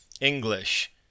English